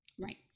Right